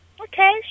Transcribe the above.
okay